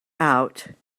out